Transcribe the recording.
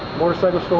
motorcycles, so